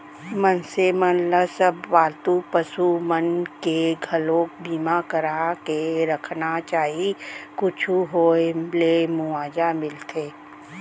मनसे मन ल सब पालतू पसु मन के घलोक बीमा करा के रखना चाही कुछु होय ले मुवाजा मिलथे